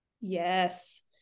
Yes